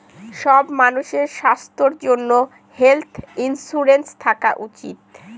সব মানুষের স্বাস্থ্যর জন্য হেলথ ইন্সুরেন্স থাকা উচিত